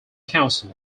council